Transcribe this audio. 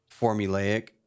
formulaic